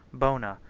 bona,